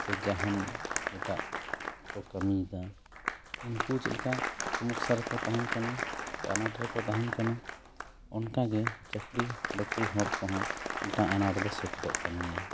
ᱥᱮ ᱡᱟᱦᱟᱱ ᱮᱴᱟᱜ ᱠᱚ ᱠᱟᱹᱢᱤᱭᱮᱫᱟ ᱩᱱᱠᱩ ᱪᱮᱫ ᱞᱮᱠᱟ ᱥᱳᱢᱳᱥᱟ ᱨᱮᱠᱚ ᱛᱟᱦᱮᱱ ᱠᱟᱱᱟ ᱟᱸᱱᱟᱴ ᱨᱮᱠᱚ ᱛᱟᱦᱮᱱ ᱠᱟᱱᱟ ᱚᱱᱠᱟ ᱜᱮ ᱪᱟᱹᱠᱨᱤ ᱵᱟᱹᱠᱨᱤ ᱦᱚᱲ ᱠᱚᱦᱚᱸ ᱢᱤᱫᱴᱟᱝ ᱟᱸᱱᱟᱴ ᱫᱚ ᱥᱮᱴᱮᱨᱚᱜ ᱠᱟᱱ ᱜᱮᱭᱟ